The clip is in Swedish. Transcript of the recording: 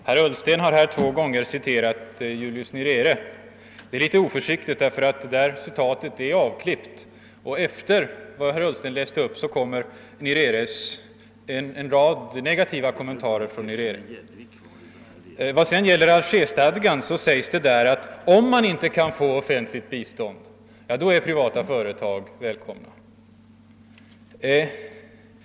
Herr talman! Herr Ullsten har här två gånger citerat Julius Nyerere. Det är litet oförsiktigt, ty detta citat är avklippt, och efter det som herr Ullsten läste upp kommer en rad negativa kommentarer av Nyerere. I Algerstadgan sägs att om man inte kan få offentligt bistånd är privata företag välkomna.